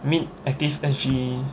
I mean ActiveSG